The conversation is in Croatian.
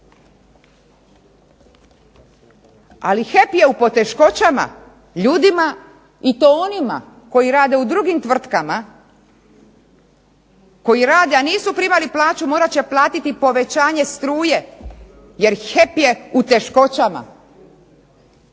Ali HEP je u poteškoćama ljudima i to onima koji rade u drugim tvrtkama, koji rade a nisu primali plaću morat će platiti povećanje struje jer HEP je u teškoćama.